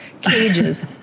cages